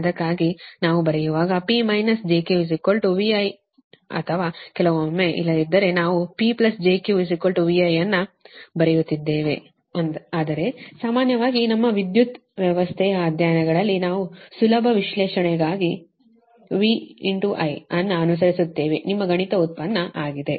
ಅದಕ್ಕಾಗಿಯೇ ನಾವು ಬರೆಯುವಾಗ P - j Q V I ಅಥವಾ ಕೆಲವೊಮ್ಮೆ ಅಥವಾ ಇಲ್ಲದಿದ್ದರೆ ನಾವು P j Q V I ಅನ್ನು ಬರೆಯುತ್ತಿದ್ದೇವೆ ಆದರೆ ಸಾಮಾನ್ಯವಾಗಿ ನಮ್ಮ ವಿದ್ಯುತ್ ವ್ಯವಸ್ಥೆಯ ಅಧ್ಯಯನಗಳಲ್ಲಿ ನಾವು ಸುಲಭ ವಿಶ್ಲೇಷಣೆಗಾಗಿ VI ಅನ್ನು ಅನುಸರಿಸುತ್ತೇವೆ ನಿಮ್ಮ ಗಣಿತ ವ್ಯುತ್ಪನ್ನ ಆಗಿದೆ